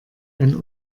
ein